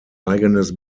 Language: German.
eigenes